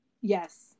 Yes